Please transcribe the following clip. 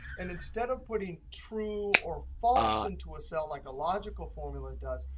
and instead of putting true or false into a cell like a logical formula does,